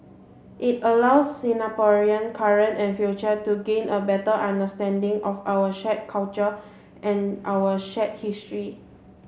it allows Singaporean current and future to gain a better understanding of our shared culture and our shared history